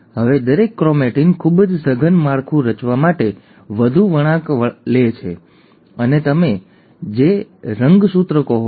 હવે દરેક ક્રોમેટીન ખૂબ જ સઘન માળખું રચવા માટે વધુ વળાંક અને વળાંક લે છે અને તેને જ તમે રંગસૂત્ર કહો છો